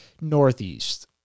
northeast